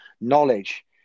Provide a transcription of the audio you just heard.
Knowledge